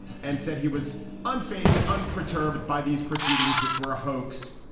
and said he was unfazed and unperturbed by these proceedings, which were a hoax